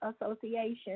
Association